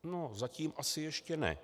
No zatím asi ještě ne.